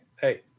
hey